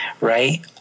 right